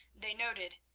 they noted,